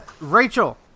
Rachel